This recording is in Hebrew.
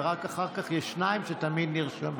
ורק אחר כך יש שניים שתמיד נרשמים.